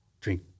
drink